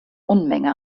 unmenge